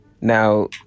Now